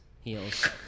heels